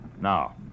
Now